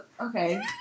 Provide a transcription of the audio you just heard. okay